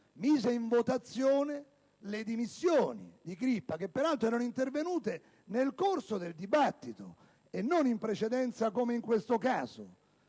mise in votazione le dimissioni del parlamentare che, peraltro, erano intervenute nel corso del dibattito e non in precedenza, come in questo caso.